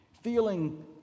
Feeling